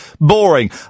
Boring